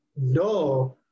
no